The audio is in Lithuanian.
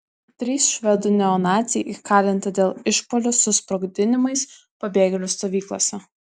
trys švedų neonaciai įkalinti dėl išpuolių su sprogdinimais pabėgėlių stovyklose